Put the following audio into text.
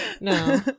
no